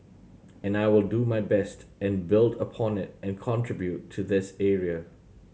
and I will do my best and build upon it and contribute to this area